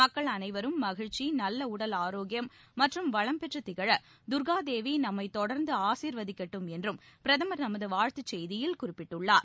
மக்கள் அனைவரும் மகிழ்ச்சி நல்ல உடல் ஆரோக்கியம் மற்றும் வளம் பெற்று திகழ தர்கா தேவி நம்மை தொடர்ந்து ஆசீர்வதிக்கட்டும் என்றும் பிரதமர் தமது வாழ்த்து செய்தியில் குறிப்பிட்டுள்ளார்